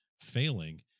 failing